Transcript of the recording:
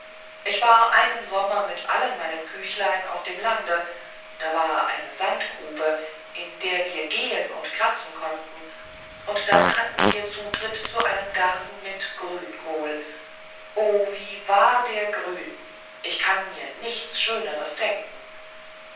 ich war einen sommer mit allen meinen kücheln auf dem lande da war eine sandgrube in der wir gehen und kratzen konnten und dann hatten wir zutritt zu einem garten mit grünkohl o wie war der grün ich kann mir nichts schöneres denken